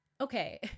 okay